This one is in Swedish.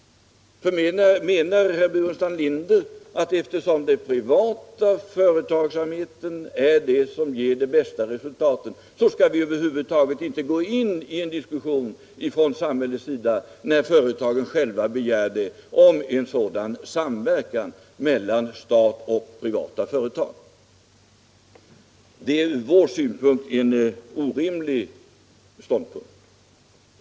Menar herr Burenstam Linder att eftersom den privata företagsamheten ger de bästa resultaten skall vi över huvud taget inte gå in i en diskussion från samhällets sida, trots att företagen själva begär det. om en sådan samverkan mellan stat och privata företag? Det är ur vår synvinkel en orimlig ståndpunkt.